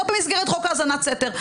לא במסגרת חוק האזנת סתר.